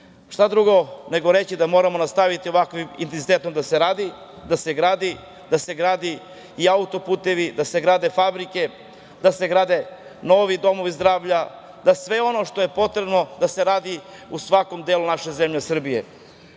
Šta drugo, nego reći da moramo nastaviti ovakvim intenzitetom da radimo, da se gradi, da se grade i autoputevi, da se grade fabrike, da se grade novi domovi zdravlja, sve ono što je potrebno da se radi u svakom delu naše zemlje